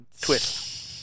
twist